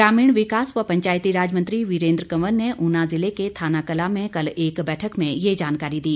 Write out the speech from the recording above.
ग्रामीण विकास व पंचायती राज मंत्री वीरेंद्र कंवर ने ऊना जिले के थानाकलां में कल एक बैठक में ये जानकारी दी